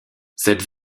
cette